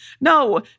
No